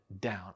down